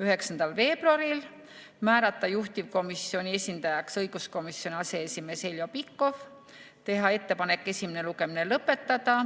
9. veebruaril, määrata juhtivkomisjoni esindajaks õiguskomisjoni aseesimees Heljo Pikhof, teha ettepanek esimene lugemine lõpetada